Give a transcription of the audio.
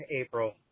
April